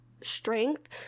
strength